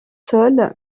sol